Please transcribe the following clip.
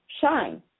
shine